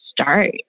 start